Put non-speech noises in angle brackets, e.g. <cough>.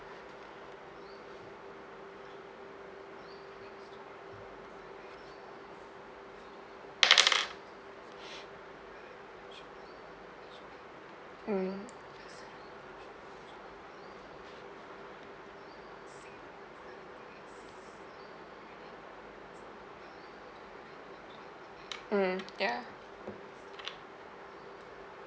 <breath> mm mm ya